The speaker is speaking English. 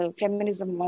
feminism